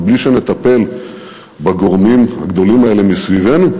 אבל בלי שנטפל בגורמים הגדולים האלה מסביבנו,